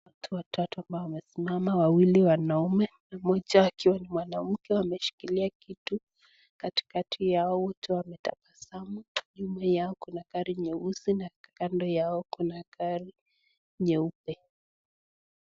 Watu watatu ambao wamesimama wawili wanaume mmoja ni mwanamke akiwa ameshikilia kitu. Katikati yao wametabasamu nyuma yao kuna gari nyeusi na kando yao kuna gari nyeupe.